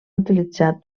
utilitzat